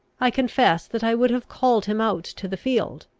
i confess that i would have called him out to the field,